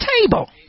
table